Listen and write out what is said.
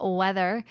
weather